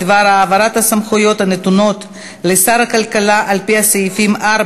בדבר העברת הסמכויות הנתונות לשר הכלכלה על-פי הסעיפים 4,